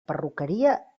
perruqueria